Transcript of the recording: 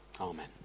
amen